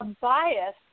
bias